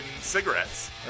cigarettes